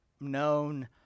known